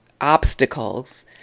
obstacles